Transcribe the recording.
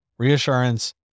Reassurance